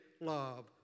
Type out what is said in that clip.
love